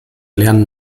lernen